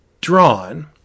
drawn